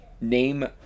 name